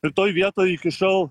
ir toj vietoj įkišau